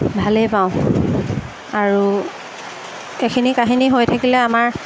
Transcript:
ভালেই পাওঁ আৰু এইখিনি কাহিনী হৈ থাকিলে আমাৰ